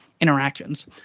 interactions